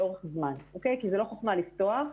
לאורך זמן כי זה לא חוכמה לפתוח,